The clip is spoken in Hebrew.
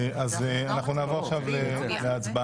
אז אנחנו נעבור עכשיו להצבעה.